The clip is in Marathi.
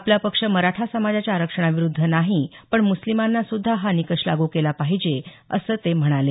आपला पक्ष मराठा समाजाच्या आरक्षणाविरुद्ध नाही पण मुस्लिमांना सुद्धा हा निकष लागू केला पाहिजे असं ते म्हणाले